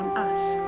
us.